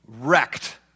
wrecked